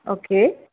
okay